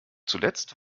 zuletzt